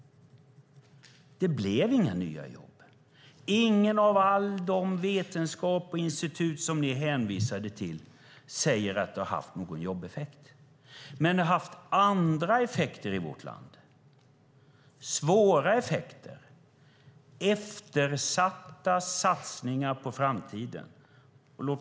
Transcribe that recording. Det blev inga nya jobb. Ingen hos all den vetenskap och de institut som ni hänvisat till säger att jobbskatteavdragen haft någon jobbeffekt. Däremot har de haft andra effekter, svåra effekter, i vårt land i form av eftersatta satsningar på framtiden.